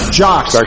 jocks